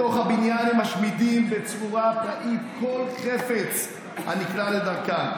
בתוך הבניין משמידים בצורה פראית כל חפץ הנקלע לדרכם,